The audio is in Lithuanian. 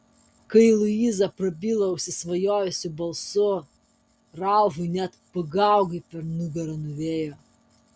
kai luiza prabilo užsisvajojusiu balsu ralfui net pagaugai per nugarą nuėjo